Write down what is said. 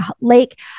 Lake